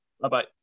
Bye-bye